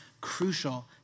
crucial